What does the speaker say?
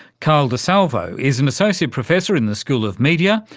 carl disalvo is an associate professor in the school of media,